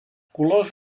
colors